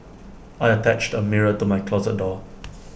I attached A mirror to my closet door